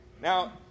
Now